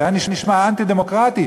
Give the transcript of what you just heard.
זה היה נשמע אנטי-דמוקרטי,